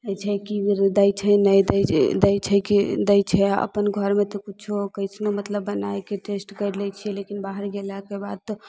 छै की दै छै नहि दै छै की दै छै अपन घरमे तऽ कुछो कैसनो मतलब बना के टेस्ट करि लए छियै लेकिन बाहर गेलाके बाद तऽ